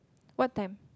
what time